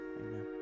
Amen